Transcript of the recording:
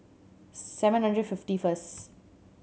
seven hundred fifty first